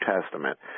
Testament